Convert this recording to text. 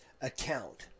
account